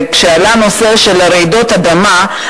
כשעלה נושא של רעידות אדמה,